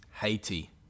Haiti